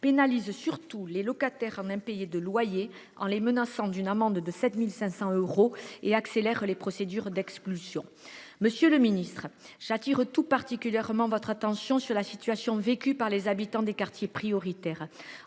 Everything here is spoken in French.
pénalise surtout les locataires en situation d'impayés de loyer, en les menaçant d'une amende de 7 500 euros et en accélérant les procédures d'expulsion. Monsieur le ministre, j'attire tout particulièrement votre attention sur la situation des habitants des quartiers prioritaires